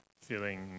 feeling